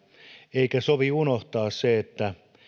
eikä sovi unohtaa sitä että